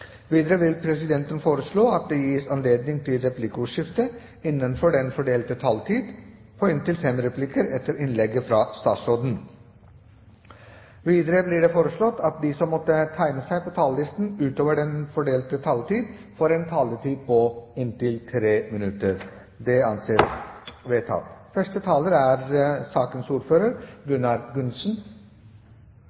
Videre vil presidenten foreslå at det gis anledning til replikkordskifte på inntil fem replikker etter innlegget fra statsråden innenfor den fordelte taletid. Videre blir det foreslått at de som måtte tegne seg på talerlisten utover den fordelte taletid, får en taletid på inntil 3 minutter. – Det anses vedtatt.